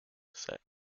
set